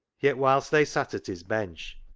yet whilst they sat at his bench,